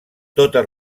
totes